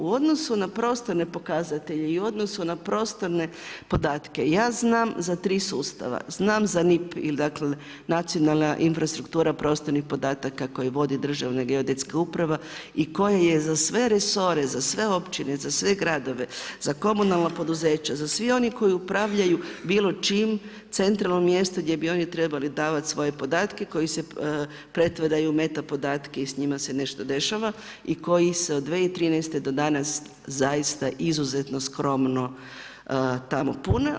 U odnosu na prostorne pokazatelje i u odnosu na prostorne podatke ja znam za tri sustava, znam za NIP, nacionalna infrastruktura prostornih podataka koje vodi Državna geodetska uprava i koje je za sve resore, za sve općine, za sve gradove, za komunalna poduzeća za se one koji upravljaju bilo čim centralno mjesto gdje bi oni trebali davati svoje podatke koji se …. podatke i s njima se nešto dešava i koji se od 2013. do danas zaista izuzetno skromno tamo pune.